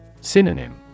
Synonym